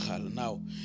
Now